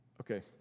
Okay